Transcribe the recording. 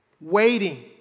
waiting